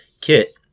kit